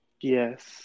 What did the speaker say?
Yes